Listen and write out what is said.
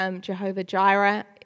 Jehovah-Jireh